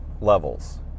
levels